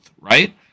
right